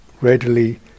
readily